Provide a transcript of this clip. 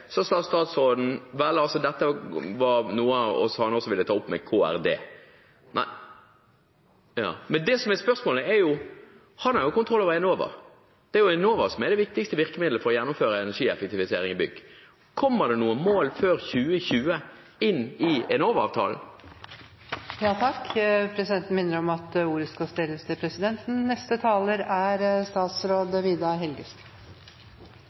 sa statsråden at dette var noe han også ville ta opp med Klima- og miljødepartementet. Men det som er spørsmålet, er: Han har kontroll over Enova, og det er Enova som er det viktigste virkemiddelet for å gjennomføre energieffektivisering i bygg. Kommer det noe mål før 2020 inn i Enova-avtalen? Jeg vil også få takke for en debatt som kanskje til tider har tilslørt det faktum at det er mye det er enighet om, og at dette arbeidet som er